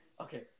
okay